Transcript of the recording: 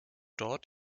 dort